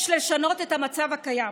יש לשנות את המצב הקיים